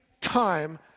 time